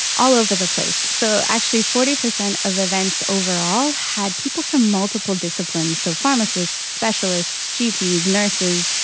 all over the place. so actually forty percent of events overall had people from multiple disciplines, so pharmacists, specialists, gps, nurses,